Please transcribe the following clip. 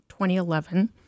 2011